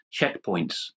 checkpoints